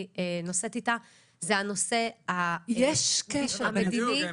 נושאת איתה זה הנושא -- יש קשר מדיני -- בדיוק,